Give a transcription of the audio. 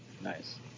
Nice